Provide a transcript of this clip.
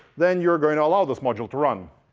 then you're going to allow this module to run,